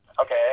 Okay